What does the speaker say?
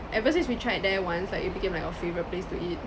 ever since we tried there once like it became like our favorite place to eat